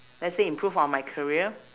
let's say improve on my career